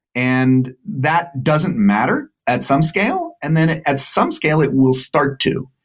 and that doesn't matter at some scale, and then at some scale it will start to.